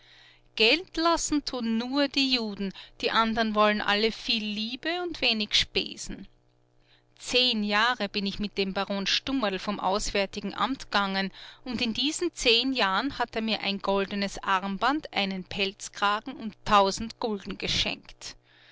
geld lassen tun nur die juden die anderen wollen alle viel liebe und wenig spesen zehn jahre bin ich mit dem baron stummerl vom auswärtigen amt gegangen und in diesen zehn jahren hat er mir ein goldenes armband einen pelzkragen und tausend gulden geschenkt